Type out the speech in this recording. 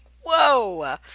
whoa